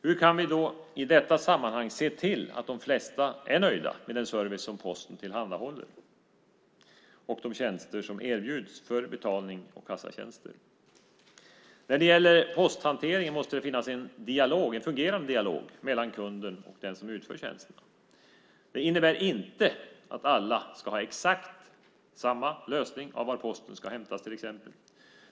Hur kan vi i detta sammanhang se till att de flesta är nöjda med den service som posten tillhandahåller och de tjänster som erbjuds för betalning och kassatjänster? När det gäller posthanteringen måste det finnas en fungerande dialog mellan kunden och den som utför tjänsten. Det innebär inte att alla ska ha exakt samma lösning av var posten ska hämtas till exempel.